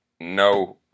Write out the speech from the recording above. No